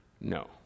No